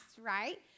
right